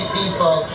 people